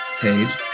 page